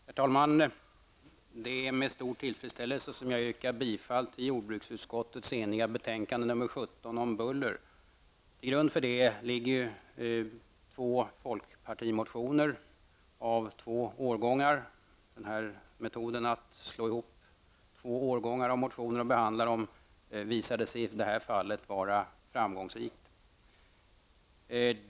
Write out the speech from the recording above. Herr talman! Det är med stor tillfredsställelse som jag yrkar bifall till utskottets hemställan i jordbruksutskottets enhälliga betänkande om buller. Till grund för det ligger två folkpartimotioner, av två årgångar. Metoden att slå ihop två årgångar av motioner och behandla dem samtidigt visade sig i det här fallet vara framgångsrik.